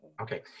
Okay